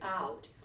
out